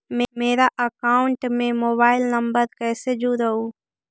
मेरा अकाउंटस में mobile number कैसे जुड़उ?